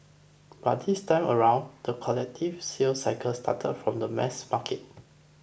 but this time around the collective sales cycle started from the mass market